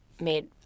made—